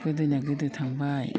गोदोनिया गोदो थांबाय